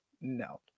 No